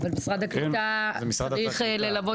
אבל משרד הקליטה צריך ללוות